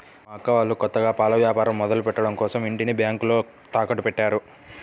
మా అక్క వాళ్ళు కొత్తగా పాల వ్యాపారం మొదలుపెట్టడం కోసరం ఇంటిని బ్యేంకులో తాకట్టుపెట్టారు